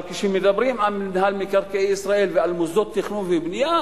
אבל כשמדברים על מינהל מקרקעי ישראל ועל מוסדות תכנון ובנייה,